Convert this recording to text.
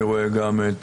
אני רואה גם את